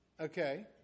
Okay